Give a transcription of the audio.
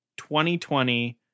2020